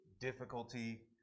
difficulty